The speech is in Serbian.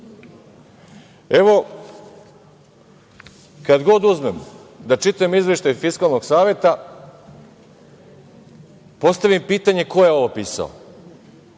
ne? Evo, kad god uzmem da čitam izveštaj Fiskalnog saveta, postavim pitanje – ko je ovo pisao?